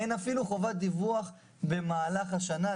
אין אפילו חובת דיווח במהלך השנה,